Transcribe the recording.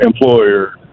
employer